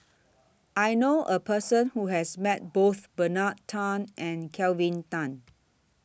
I knew A Person Who has Met Both Bernard Tan and Kelvin Tan